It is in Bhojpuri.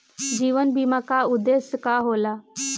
जीवन बीमा का उदेस्य का होला?